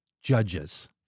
judges